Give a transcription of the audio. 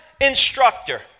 instructor